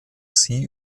sie